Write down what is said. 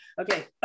okay